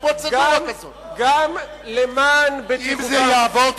אם זה יעבור,